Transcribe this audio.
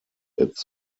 its